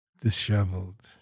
disheveled